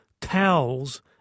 Towels